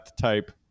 type